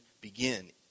begin